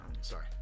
Sorry